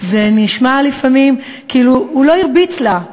זה נשמע לפעמים, כאילו, הוא לא הרביץ לה,